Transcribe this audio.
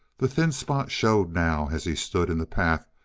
the thin spot showed now as he stood in the path,